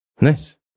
Nice